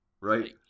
Right